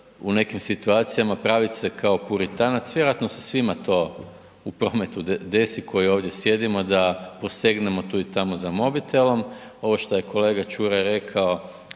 u nekim situacijama pravit se kao Puritanac, vjerojatno se to svima u prometu desi koji ovdje sjedimo da posegnemo tu i tamo za mobitelom, ovo što je kolega Čuraj rekao,